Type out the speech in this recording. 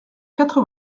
quatre